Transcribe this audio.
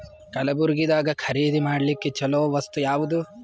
ಕಲಬುರ್ಗಿದಾಗ ಖರೀದಿ ಮಾಡ್ಲಿಕ್ಕಿ ಚಲೋ ವಸ್ತು ಯಾವಾದು?